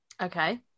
Okay